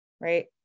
right